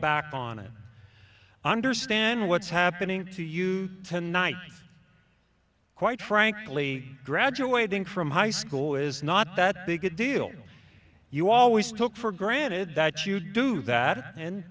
back on it understand what's happening to you tonight quite frankly graduating from high school is not that big a deal you always took for granted that you do that and